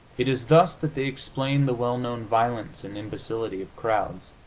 it is thus that they explain the well-known violence and imbecility of crowds.